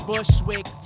Bushwick